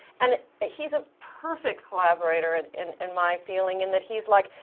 and ah he's a perfect collaborator, and in in my feeling, in that he's like,